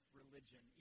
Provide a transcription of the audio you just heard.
religion